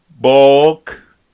bulk